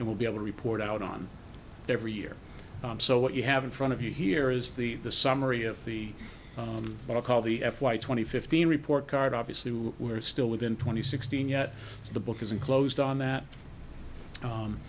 and will be able to report out on every year so what you have in front of you here is the the summary of the what i call the f y twenty fifteen report card obviously we're still within twenty sixteen yet the book isn't closed on that